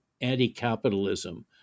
anti-capitalism